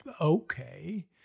okay